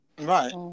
Right